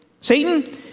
Satan